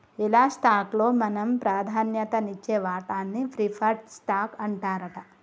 ఎలా స్టాక్ లో మనం ప్రాధాన్యత నిచ్చే వాటాన్ని ప్రిఫర్డ్ స్టాక్ అంటారట